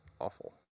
awful